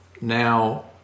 Now